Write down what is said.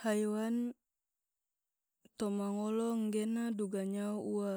haiwan toma ngolo nggena duga nyao ua,